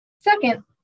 Second